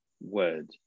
word